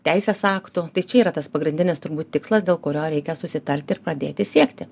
teisės aktų tai čia yra tas pagrindinis turbūt tikslas dėl kurio reikia susitarti ir pradėti siekti